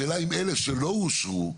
השאלה אם אלה שלא אושרו,